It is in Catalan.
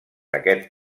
aquest